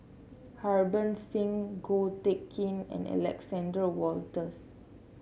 Harbans Singh Ko Teck Kin and Alexander Wolters